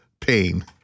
pain